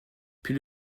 puis